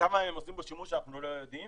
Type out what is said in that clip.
עושים בו שימוש אנחנו לא יודעים